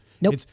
Nope